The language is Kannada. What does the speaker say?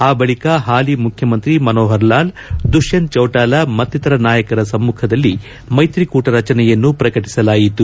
ಆ ಬಳಿಕ ಹಾಲಿ ಮುಖ್ಯಮಂತ್ರಿ ಮನೋಪರ್ಲಾಲ್ ದುಷ್ಕಂತ್ ಚೌಟಾಲ ಮತ್ತಿತರ ನಾಯಕರ ಸಮ್ಮಖದಲ್ಲಿ ಮೈತ್ರಿಕೂಟ ರಚನೆಯನ್ನು ಪ್ರಕಟಿಸಲಾಯಿತು